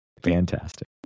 fantastic